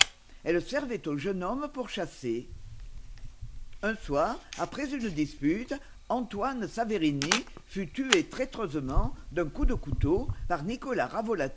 elle servait au jeune homme pour chasser un soir après une dispute antoine saverini fut tué traîtreusement d'un coup de couteau par nicolas